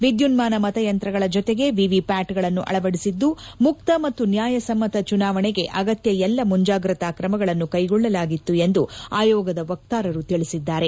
ವಿದ್ಯುನ್ಮಾನ ಮತೆಯಂತ್ರಗಳ ಜೊತೆಗೆ ವಿವಿಪ್ಯಾಟ್ಗಳನ್ನು ಅಳವಡಿಸಿದ್ದು ಮುಕ್ತ ಮತ್ತು ನ್ಯಾಯಸಮ್ಮತ ಚುನಾವಣೆಗೆ ಅಗತ್ಯ ಎಲ್ಲ ಮುಂಜಾಗ್ರತಾ ಕ್ರಮಗಳನ್ನು ಕೈಗೊಳ್ಳಲಾಗಿತ್ತು ಎಂದು ಆಯೋಗದ ವಕ್ತಾರರು ತಿಳಿಸಿದ್ದಾರೆ